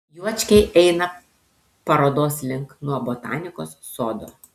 juočkiai eina parodos link nuo botanikos sodo